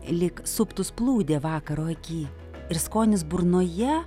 lyg suptųs plūdė vakaro aky ir skonis burnoje